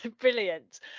Brilliant